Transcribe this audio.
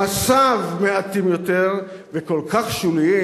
מעשיו מעטים יותר וכל כך שוליים.